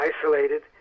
isolated